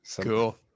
Cool